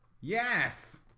yes